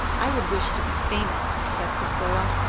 i would wish to be famous, said priscilla.